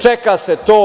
Čeka se to.